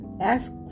Ask